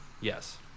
yes